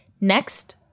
Next